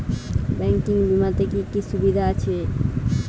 Banking বিমাতে কি কি সুবিধা আছে?